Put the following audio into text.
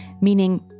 Meaning